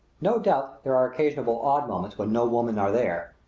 no doubt there are occasional odd moments when no women are there,